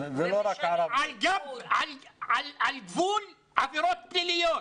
על גבול עבירות פליליות,